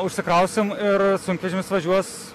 užsikrausim ir sunkvežimis važiuos